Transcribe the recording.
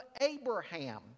Abraham